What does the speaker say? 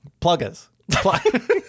Pluggers